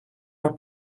our